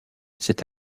c’est